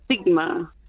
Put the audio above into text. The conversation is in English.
stigma